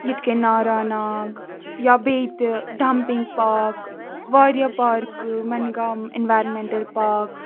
یِتھۍ کٔنۍ ناراناگ یا بیٚیہِ تہِ ڈَمپِنگ پارک واریاہ پارکہٕ مَنگام اینورمینٹل پارک